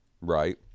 Right